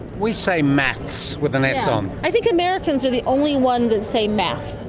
we say maths with an s on. i think americans are the only ones that say math,